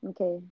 Okay